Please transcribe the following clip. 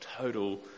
total